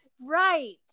right